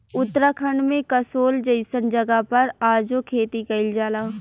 उत्तराखंड में कसोल जइसन जगह पर आजो खेती कइल जाला